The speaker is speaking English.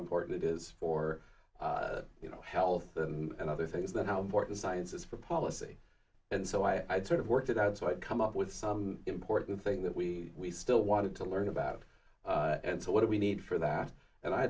important it is for you know health and other things that how important science is for policy and so i sort of worked it out so i'd come up with some important thing that we we still wanted to learn about and so what do we need for that and i